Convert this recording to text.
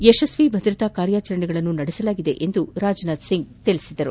ಯಶಸ್ವಿ ಭದ್ರತಾ ಕಾರ್ಯಾಚರಣೆಗಳನ್ನು ನಡೆಸಲಾಗಿದೆ ಎಂದು ರಾಜನಾಥ್ ಸಿಂಗ್ ತಿಳಿಸಿದರು